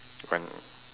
when